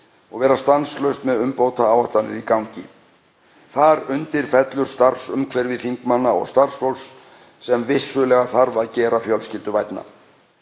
og vera stanslaust með umbótaáætlanir í gangi. Þar undir fellur starfsumhverfi þingmanna og starfsfólks sem þarf vissulega að gera fjölskylduvænna.